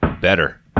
Better